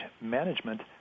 management